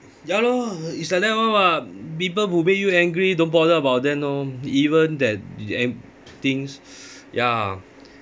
ya lor it's like that [one] [what] people who make you angry don't bother about them lor even that an~ things ya